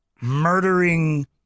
murdering